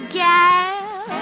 gal